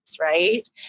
right